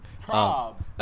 Prob